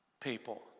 people